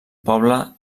poble